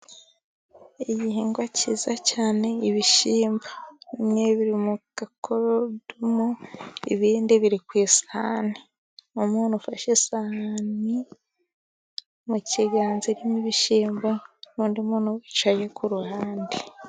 Igihingwa cyiza cyane ibishyimbo. Bimwe biri mu gakorodumu, ibindi biri ku isahani. Umuntu ufashe isahani mu kiganza, harimo ibishyimbo, n'undi muntu wicaye ku ruhande.